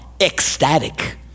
ecstatic